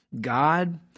God